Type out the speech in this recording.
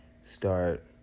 start